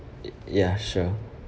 ya sure